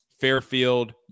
Fairfield